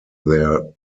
their